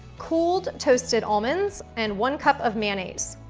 cooled toasted almonds, and one cup of mayonnaise.